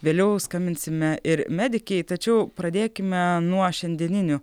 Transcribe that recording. vėliau skambinsime ir medikei tačiau pradėkime nuo šiandieninių